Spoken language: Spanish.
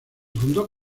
fundó